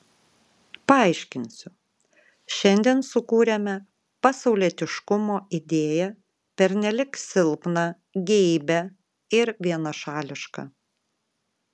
paaiškinsiu šiandien sukūrėme pasaulietiškumo idėją pernelyg silpną geibią ir vienašališką